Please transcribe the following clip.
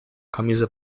camisa